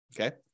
Okay